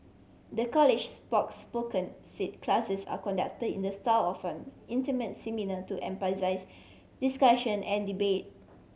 the college's spoke spoken said classes are conduct in the style often intimate seminar to emphasise discussion and debate